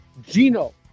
gino